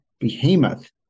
behemoth